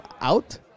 out